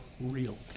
real